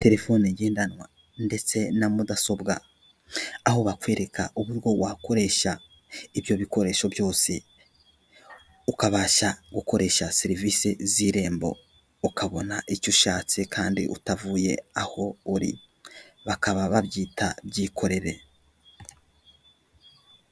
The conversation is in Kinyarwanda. Terefone ngendanwa ndetse na mudasobwa aho bakwereka uburyo wakoresha ibyo bikoresho byose, ukabasha gukoresha serivisi z'irembo ukabona icyo ushatse kandi utavuye aho uri, bakaba babyita byikorere.